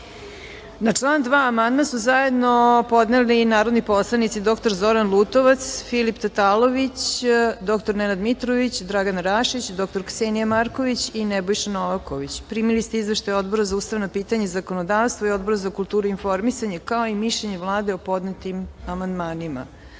član 2. amandman su zajedno podneli narodni poslanici dr Zoran Lutovac, Filip Tatalović, dr Nenad Mitrović, Dragana Rakić, dr Ksenija Marković i Nebojša Novaković. Primili ste izveštaj Odbora za ustavna pitanja i zakonodavstvo i Odbora za kulturu i informisanje, kao i mišljenje Vlade o podnetim amandmanima. Reč